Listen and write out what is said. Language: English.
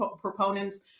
proponents